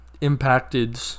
impacted